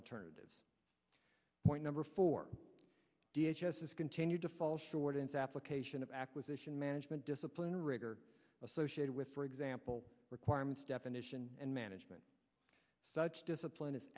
alternatives point number four d h s s continue to fall short and application of acquisition management discipline or rigor associated with for example requirements definition and management such discipline is